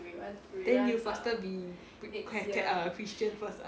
then you faster be christian first ah